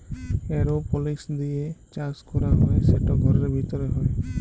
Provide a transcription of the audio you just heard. এরওপলিক্স দিঁয়ে চাষ ক্যরা হ্যয় সেট ঘরের ভিতরে হ্যয়